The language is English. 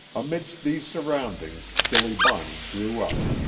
amidst these surroundings, billy bonney grew up.